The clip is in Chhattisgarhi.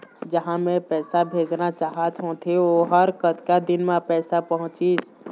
जहां मैं पैसा भेजना चाहत होथे ओहर कतका दिन मा पैसा पहुंचिस?